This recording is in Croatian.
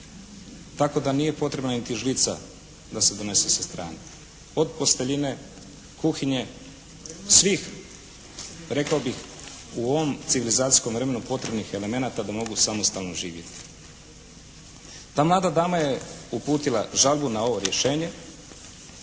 tako da nije potrebna niti žlica da se donese sa strane. Od posteljine, kuhinje, svih rekao bih u ovom civilizacijskom vremenu potrebnih elemenata da mogu samostalno živjeti. Ta mlada dama je uputila žalbu na ovo rješenje